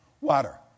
Water